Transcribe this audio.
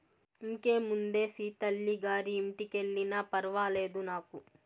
ఇంకేముందే సీతల్లి గారి ఇంటికెల్లినా ఫర్వాలేదు నాకు